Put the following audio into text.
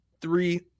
three